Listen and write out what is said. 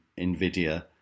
Nvidia